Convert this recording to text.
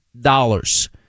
dollars